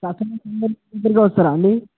customers అందరూ మీ దగ్గరికే వస్తరా అండి